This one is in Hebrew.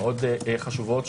מאוד חשובות,